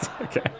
Okay